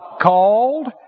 Called